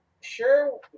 sure